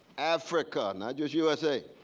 africa, not just usa,